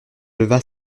leva